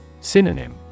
Synonym